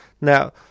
Now